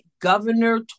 Governor